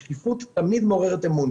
השקיפות תמיד מעוררת אמון.